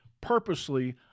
purposely